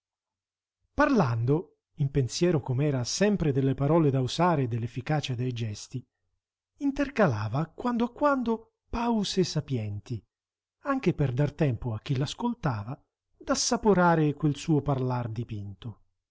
parlando in pensiero com'era sempre delle parole da usare e dell'efficacia dei gesti intercalava a quando a quando pause sapienti anche per dar tempo a chi l'ascoltava d'assaporare quel suo parlar dipinto